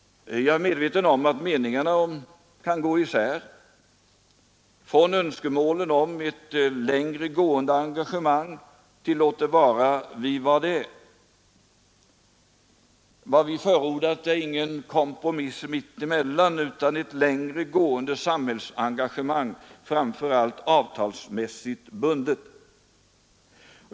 Jag är medveten om att meningarna kan gå isär; från önskemålen om ett längre gående engagemang till låt det vara vad det är. Vad vi förordat är ingen kompromiss mitt emellan utan " ett längre gående sam hällsengagemang, framför allt avtalsmässigt bundet.